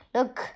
Look